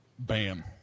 Bam